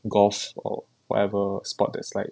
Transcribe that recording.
golf or whatever sport that's like